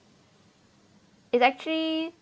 it's actually